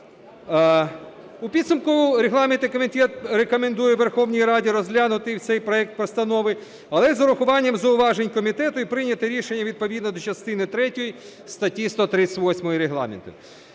У підсумку регламентний комітет рекомендує Верховній Раді розглянути цей проект постанови, але з врахуванням зауважень комітету, і прийняти рішення відповідно до частини третьої статті 138 Регламенту.